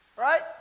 Right